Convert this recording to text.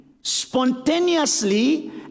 spontaneously